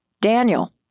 Daniel